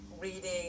reading